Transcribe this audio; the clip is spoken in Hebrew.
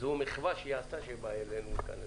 מחווה ובאה לדיון שלנו.